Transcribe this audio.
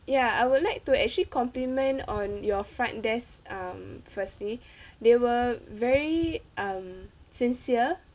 ya I would like to actually compliment on your front desk um firstly they were very um sincere